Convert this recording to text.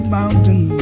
mountain